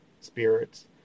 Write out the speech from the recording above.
spirits